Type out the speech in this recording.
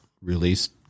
released